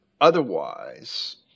Otherwise